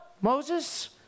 Moses